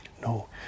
No